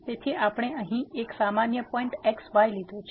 તેથી આપણે અહીં એક સામાન્ય પોઈન્ટx y લીધો છે